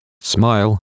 smile